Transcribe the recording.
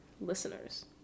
listeners